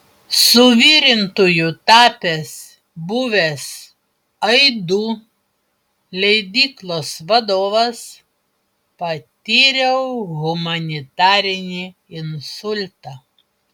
suvirintoju tapęs buvęs aidų leidyklos vadovas patyriau humanitarinį insultą